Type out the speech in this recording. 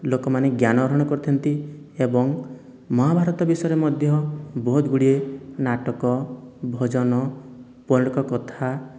ଲୋକମାନେ ଜ୍ଞାନ ଆହରଣ କରିଥାନ୍ତି ଏବଂ ମହାଭାରତ ବିଷୟରେ ମଧ୍ୟ ବହୁତଗୁଡ଼ିଏ ନାଟକ ଭଜନ ପୌରାଣିକ କଥା